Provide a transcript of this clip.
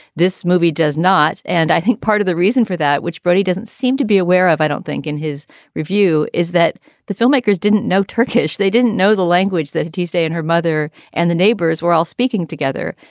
this movie does not. and i think part of the reason for that, which brody doesn't seem to be aware of, i don't think in his review, is that the filmmakers didn't know turkish. they didn't know the language that had his day and her mother and the neighbors were all speaking together.